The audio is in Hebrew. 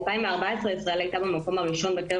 בשנת 2014 ישראל הייתה במקום הראשון בקרב